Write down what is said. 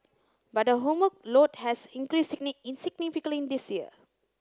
but her homework load has increased insignificantly this year